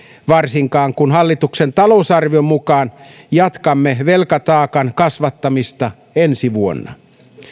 varsinkaan kun hallituksen talousarvion mukaan jatkamme velkataakan kasvattamista ensi vuonna